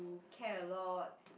care a lot